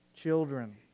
children